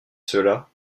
cela